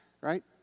right